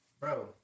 bro